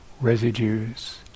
residues